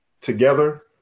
together